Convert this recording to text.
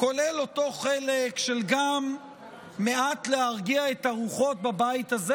כולל אותו חלק של גם מעט להרגיע את הרוחות בבית הזה,